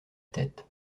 tête